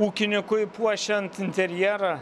ūkininkui puošiant interjerą